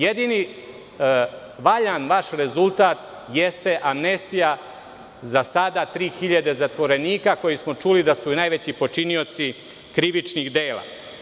Jedini valjan vaš rezultat jeste amnestija za sada 3.000 zatvorenika, za koje smo čuli da su najveći počinioci krivičnih dela.